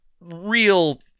real